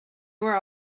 were